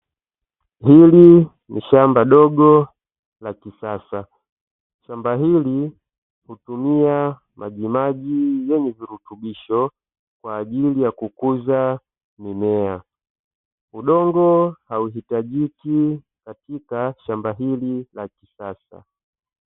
Hili ni shamba dogo la kisasa, shamba hili hutumia majimaji yenye virutubisho, kwa ajili ya kukuza mimea. Udongo hauhitajiki katika shamba hili la kisasa.